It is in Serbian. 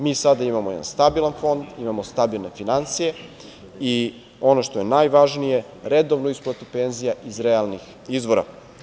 Mi sada imamo jedan stabilan fond, imamo stabilne finansije i ono što je najvažnije, redovnu isplatu penzija iz realnih izvora.